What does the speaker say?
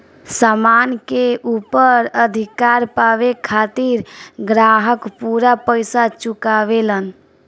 सामान के ऊपर अधिकार पावे खातिर ग्राहक पूरा पइसा चुकावेलन